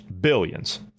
billions